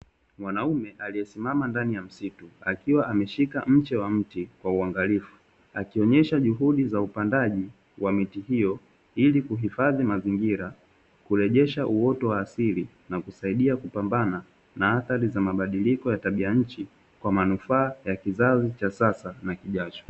Mwanaume aliyesimama ndani ya msitu akiwa ameshika mche wa mti kwa uangalifu, akionyesha juhudi za upandaji wa miti hiyo ili kuhifadhi mazingira, kurejesha uoto wa asili na kusaidia kupambana na athari za mabadiliko ya tabianchi kwa manufaa ya kizazi cha sasa na kijacho.